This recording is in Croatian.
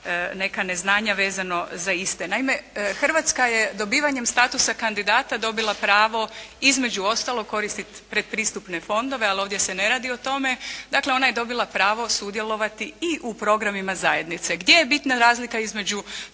neka neznanja vezano za iste. Naime, Hrvatska je dobivanjem statusa kandidata dobila pravo, između ostalog, koristiti predpristupne fondove, ali ovdje se ne radi o tome, dakle, ona je dobila pravo sudjelovati i u programima zajednice. Gdje je bitna razlika između